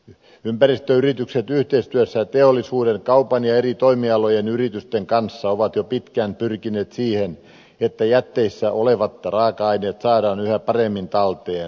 ympäristöyritykset yhteistyössä teollisuuden kaupan ja eri toimialojen yritysten kanssa ovat jo pitkään pyrkineet siihen että jätteissä olevat raaka aineet saadaan yhä paremmin talteen